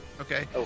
Okay